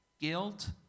guilt